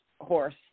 horse